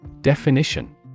DEFINITION